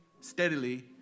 steadily